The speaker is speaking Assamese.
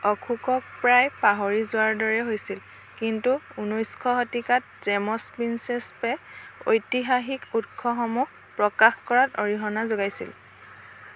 অখোকক প্ৰায় পাহৰি যোৱাৰ দৰেই হৈছিল কিন্তু ঊনৈছশ শতিকাত জেমছ প্ৰিন্সেচপে ঐতিহাসিক উৎসসমূহ প্ৰকাশ কৰাত অৰিহণা যোগাইছিল